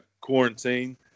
quarantine